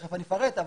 תכף אני אפרט אותם,